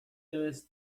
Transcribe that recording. does